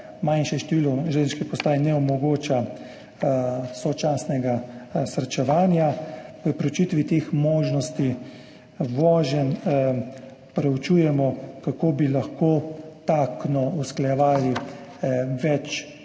Manjše število železniških postaj ne omogoča sočasnega srečevanja. V preučitvi teh možnosti voženj preučujemo, kako bi lahko taktno usklajevali več